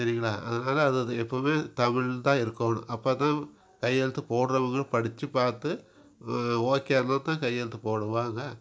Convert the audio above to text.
சரிங்களா அதனால அது வந்து எப்பவும் தமிழ் தான் இருக்கணும் அப்போ தான் கையெழுத்து போடுறவங்களும் படித்து பார்த்து ஓகேனா தான் கையெழுத்து போடுவாங்க